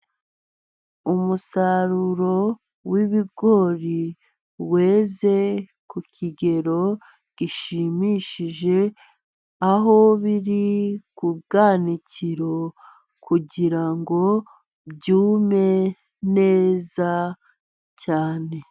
Umusaruro w'bigori weze ku kigero gishimishije, aho biri ku bwanikiro kugira ngo byume neza cyane.